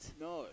No